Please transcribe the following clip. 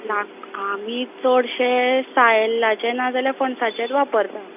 लाकूड आमी चडशे सायेलाचें ना जाल्यार पणसाचेंच वापरता